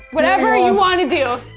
whatever you wanna do.